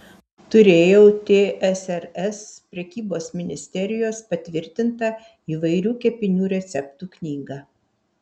turėjau tsrs prekybos ministerijos patvirtintą įvairių kepinių receptų knygą